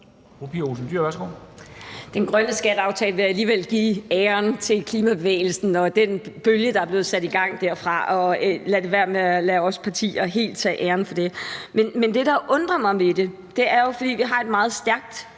Den grønne skatteaftale vil jeg alligevel give æren for til Klimabevægelsen og den bølge, der er blevet sat i gang derfra. Så vi partier kan ikke tage hele æren for det. Men der er noget, jeg undrer mig over. Vi har et meget stærkt